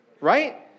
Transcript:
right